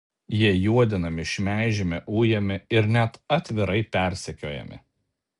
jie juodinami šmeižiami ujami ir net atvirai persekiojami